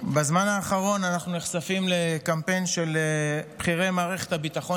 בזמן האחרון אנחנו נחשפים לקמפיין של בכירי מערכת הביטחון